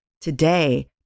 Today